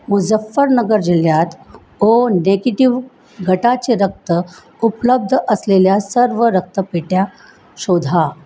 मुझफ्फरनगर जिल्ह्यात O negative गटाचे रक्त उपलब्ध असलेल्या सर्व रक्तपेढ्या शोधा